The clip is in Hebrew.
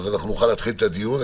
אפשר להתחיל את הדיון.